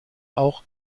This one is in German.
auch